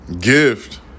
gift